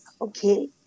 okay